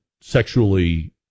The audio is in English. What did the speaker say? sexually